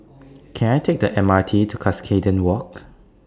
Can I Take The M R T to Cuscaden Walk